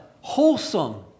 wholesome